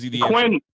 Quinn